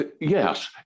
yes